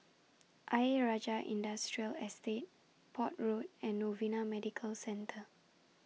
Ayer Rajah Industrial Estate Port Road and Novena Medical Centre